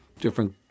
different